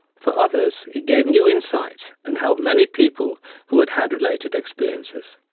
for others, it gave new insights and helped many people who had had related experiences.